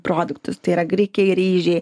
produktus tai yra grikiai ryžiai